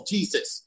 Jesus